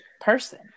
person